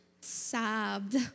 sobbed